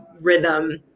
rhythm